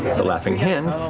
the laughing hand